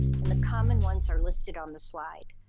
and the common ones are listed on the slide.